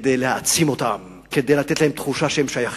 כדי להעצים אותם, כדי לתת להם תחושה שהם שייכים.